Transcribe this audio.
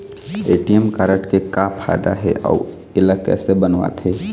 ATM card के का फायदा हे अऊ इला कैसे बनवाथे?